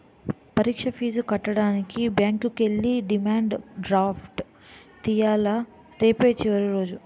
పరీక్ష ఫీజు కట్టడానికి బ్యాంకుకి ఎల్లి డిమాండ్ డ్రాఫ్ట్ తియ్యాల రేపే చివరి రోజు